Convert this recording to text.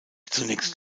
zunächst